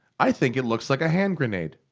i think it looks like a hand grenade.